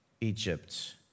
Egypt